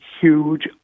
huge